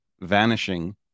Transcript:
vanishing